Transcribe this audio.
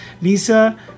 Lisa